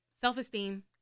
self-esteem